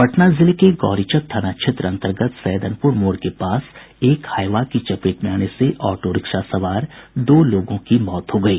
पटना जिले के गौरीचक थाना क्षेत्र अन्तर्गत सैदनपुर मोड़ के पास एक हाईवा की चपेट में आने से ऑटो रिक्शा सवार दो लोगों की मौत हो गयी